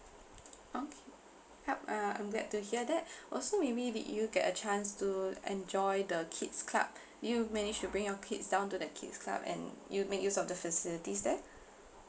okay ha~ uh I'm glad to hear that also maybe did you get a chance to enjoy the kids' club did you manage to bring your kids down to the kids' club and u~ make use of the facilities there